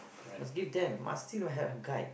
must skip them must you know have have guide